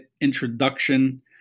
introduction